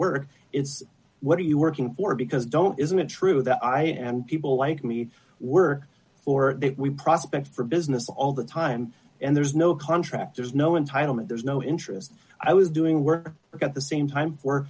work it's what are you working for because don't isn't it true that i and people like me were for it we prospect for business all the time and there's no contract there's no entitle me there's no interest i was doing work at the same time for